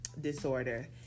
disorder